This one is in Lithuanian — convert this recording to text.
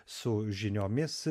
su žiniomis